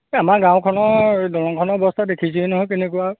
এই আমাৰ গাঁওখনৰ দলংখনৰ অৱস্থা দেখিছই নহয় কেনেকুৱা